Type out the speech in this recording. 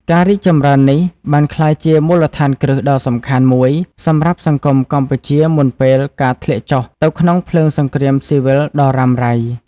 ការរីកចម្រើននេះបានក្លាយជាមូលដ្ឋានគ្រឹះដ៏សំខាន់មួយសម្រាប់សង្គមកម្ពុជាមុនពេលការធ្លាក់ចុះទៅក្នុងភ្លើងសង្គ្រាមស៊ីវិលដ៏រ៉ាំរ៉ៃ។